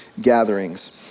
gatherings